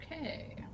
Okay